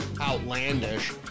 outlandish